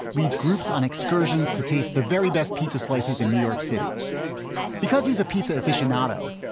leads groups on excursions to taste the very best pizza slices in new york city because he's a pizza afficionado,